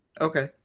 Okay